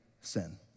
sin